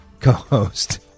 co-host